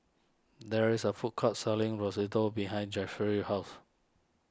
there is a food court selling Risotto behind Jeffry's house